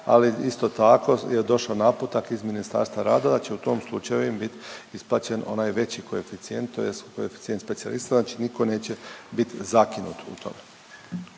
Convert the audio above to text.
Ali isto tako je došao naputak iz Ministarstva rada da će u tom slučaju im bit isplaćen onaj veći koeficijent tj. koeficijent specijalista znači niko neće bit zakinut u tome.